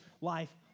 life